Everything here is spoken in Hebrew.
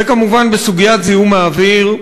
וכמובן, בסוגיית זיהום האוויר,